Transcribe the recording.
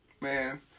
Man